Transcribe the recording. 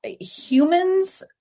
humans